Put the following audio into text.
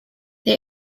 they